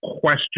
question